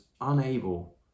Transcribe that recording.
unable